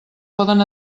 poden